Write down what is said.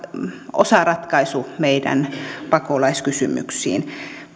osaratkaisu meidän pakolaiskysymyksiimme